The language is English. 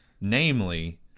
Namely